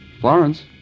Florence